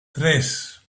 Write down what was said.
tres